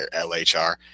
LHR